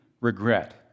regret